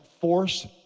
force